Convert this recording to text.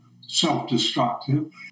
self-destructive